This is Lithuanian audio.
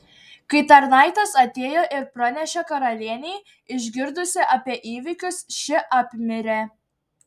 kai tarnaitės atėjo ir pranešė karalienei išgirdusi apie įvykius ši apmirė